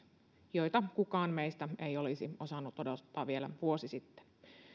joita kukaan meistä ei olisi osannut odottaa vielä vuosi sitten